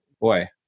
boy